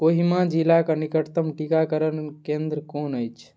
कोहिमा जिला क निकटतम टीकाकरण केन्द्र कोन अछि